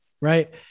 Right